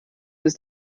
ist